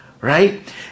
right